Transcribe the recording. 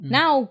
Now